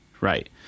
right